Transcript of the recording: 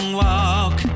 walk